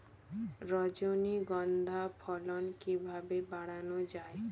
রজনীগন্ধা ফলন কিভাবে বাড়ানো যায়?